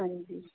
ਹਾਂਜੀ